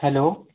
hello